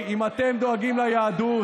אם אתם דואגים ליהדות